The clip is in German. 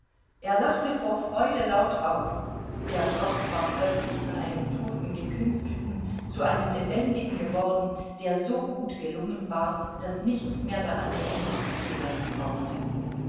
er lachte vor freude laut auf der kopf war plötzlich von einem toten gekünstelten zu einem lebendigen geworden der so gut gelungen war daß nichts mehr daran geändert zu werden brauchte